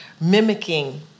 mimicking